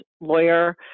lawyer